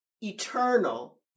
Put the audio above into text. eternal